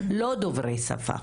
לא רק דוברי שפה,